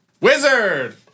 Wizard